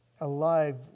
alive